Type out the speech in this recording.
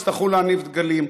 יצטרכו להניף דגלים.